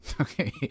Okay